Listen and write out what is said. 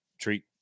treat